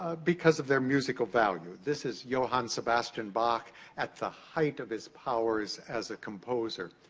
ah because of their musical value. this is johann sebastian bach at the height of his powers as a composer.